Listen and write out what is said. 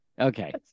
okay